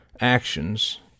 actions—